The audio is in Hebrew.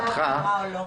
לבצע אכיפה או לא.